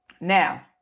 now